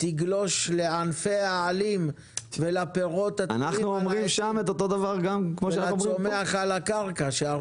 תגלוש לענפי העלים ולפירות התלויים על העצים ולצומח על הקרקע.